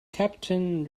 captain